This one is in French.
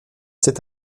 cet